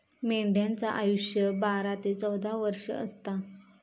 मेंढ्यांचा आयुष्य बारा ते चौदा वर्ष असता